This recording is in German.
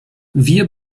wir